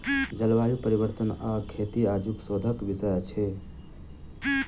जलवायु परिवर्तन आ खेती आजुक शोधक विषय अछि